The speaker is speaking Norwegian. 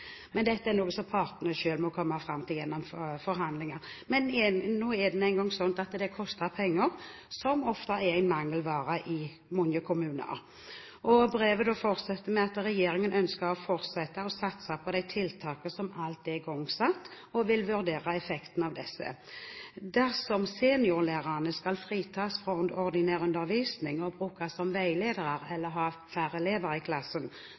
Men dette er noe som partene selv må komme fram til gjennom forhandlinger. Men igjen, nå er det engang sånn at dette koster penger, noe som ofte er en mangelvare i mange kommuner. I brevet sies det at regjeringen ønsker å satse på de tiltakene som alt er igangsatt, og vil vurdere effekten av disse. Dersom seniorlærerne skal fritas for ordinær undervisning og brukes som veiledere, eller ha færre elever i klassen,